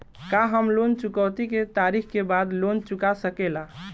का हम लोन चुकौती के तारीख के बाद लोन चूका सकेला?